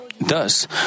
Thus